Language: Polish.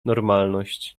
normalność